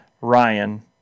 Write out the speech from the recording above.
Ryan